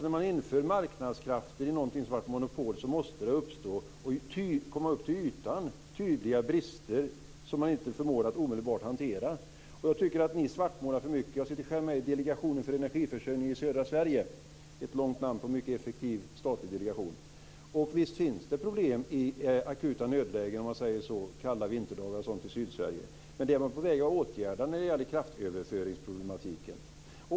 När man släpper in marknadskrafterna i ett monopol måste tydliga brister komma upp till ytan som man inte omedelbart förmår att hantera. Jag tycker att ni svartmålar för mycket. Jag sitter själv med i Delegationen för energiförsörjning i södra Sverige - ett långt namn på en mycket effektiv statlig delegation - och visst finns det problem i akuta nödlägen, t.ex. under kalla vinterdagar. Men kraftöverföringsproblematiken är man på väg att åtgärda.